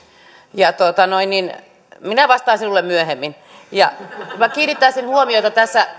minä vastaan sinulle myöhemmin minä kiinnittäisin huomiota tässä